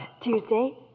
Tuesday